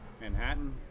Manhattan